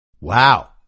wow